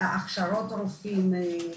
הכשרות רופאים,